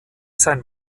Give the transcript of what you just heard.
sein